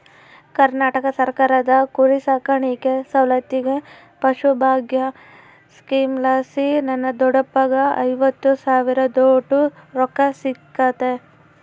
ಕರ್ನಾಟಕ ಸರ್ಕಾರದ ಕುರಿಸಾಕಾಣಿಕೆ ಸೌಲತ್ತಿಗೆ ಪಶುಭಾಗ್ಯ ಸ್ಕೀಮಲಾಸಿ ನನ್ನ ದೊಡ್ಡಪ್ಪಗ್ಗ ಐವತ್ತು ಸಾವಿರದೋಟು ರೊಕ್ಕ ಸಿಕ್ಕತೆ